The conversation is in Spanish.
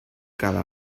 cada